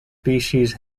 species